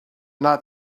not